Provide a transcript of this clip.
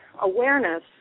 awareness